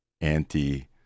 anti